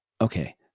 Okay